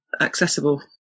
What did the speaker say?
accessible